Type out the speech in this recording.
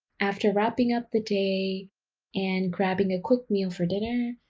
after wrapping up the day and grabbing a quick meal for dinner,